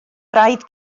braidd